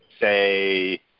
say